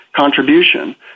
contribution